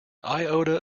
iota